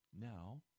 now